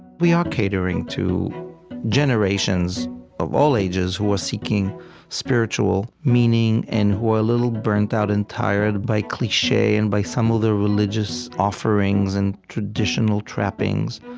we are catering to generations of all ages who are seeking spiritual meaning and who are a little burnt out and tired by cliche and by some of the religious offerings and traditional trappings.